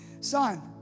son